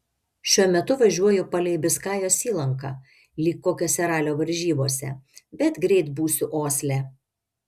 šiuo metu važiuoju palei biskajos įlanką lyg kokiose ralio varžybose bet greit būsiu osle